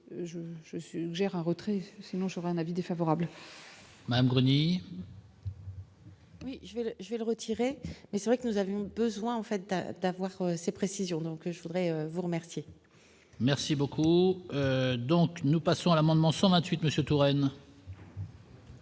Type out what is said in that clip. je suggère un retrait sinon sur un avis défavorable. Grenier. Oui, je vais, je vais le retirer mais c'est vrai que nous avons besoin en fait d'avoir ces précisions donc je voudrais vous remercier. Merci beaucoup, donc nous passons à l'amendement 128 Monsieur Touraine.